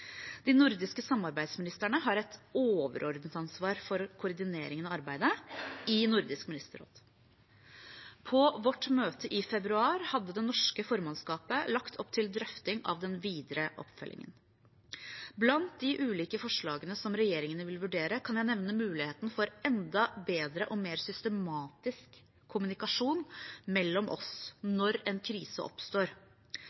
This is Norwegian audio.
De nordiske samarbeidsministrene har et overordnet ansvar for koordinering av arbeidet i Nordisk ministerråd. På vårt møte i februar hadde det norske formannskapet lagt opp til drøfting av den videre oppfølgingen. Blant de ulike forslagene som regjeringene vil vurdere, kan jeg nevne muligheten for enda bedre og mer systematisk kommunikasjon mellom oss